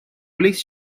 please